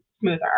smoother